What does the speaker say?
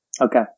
Okay